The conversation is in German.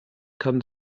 kann